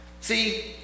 See